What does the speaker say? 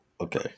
Okay